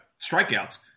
strikeouts